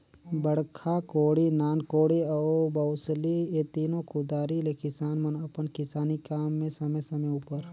बड़खा कोड़ी, नान कोड़ी अउ बउसली ए तीनो कुदारी ले किसान मन अपन किसानी काम मे समे समे उपर